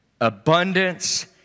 abundance